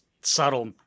subtle